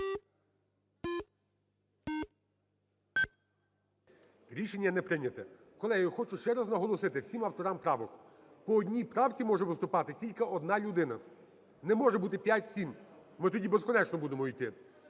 Рішення не прийняте. Колеги, я хочу ще раз наголосити всім авторам правок: по одній правці може виступати тільки одна людина. Не може бути 5, 7. Ми тоді безконечно будемо іти.